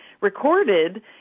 recorded